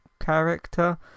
character